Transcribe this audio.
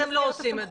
אתם לא עושים את זה.